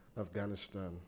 Afghanistan